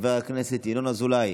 חבר הכנסת ינון אזולאי